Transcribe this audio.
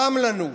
חם לנו,